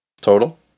Total